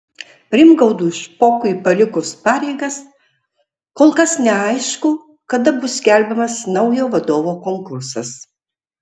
rimgaudui špokui palikus pareigas kol kas neaišku kada bus skelbiamas naujo vadovo konkursas